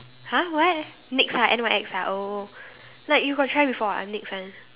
!huh! what Nyx ah N Y X ah oh like you got try before ah Nyx one